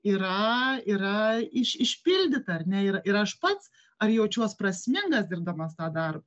yra yra iš išpildyta ar ne ir aš pats ar jaučiuos prasmingas dirbdamas tą darbą